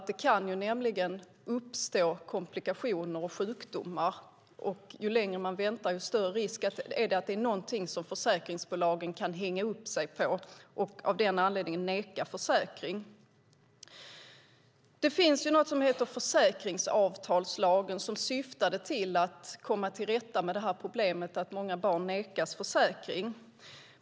Det kan nämligen uppstå komplikationer och sjukdomar. Ju längre man väntar, desto större risk är det att det finns någonting som försäkringsbolagen kan hänga upp sig på och av den anledningen neka försäkring. Det finns något som heter försäkringsavtalslagen som syftar till att komma till rätta med problemet att många barn nekas försäkring.